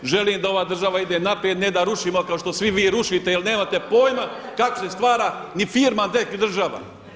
Želim da ova država ide naprijed, ne da rušimo kao što svi vi rušite, jer nemate pojma kako se stvara ni firma, a ne i država.